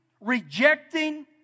rejecting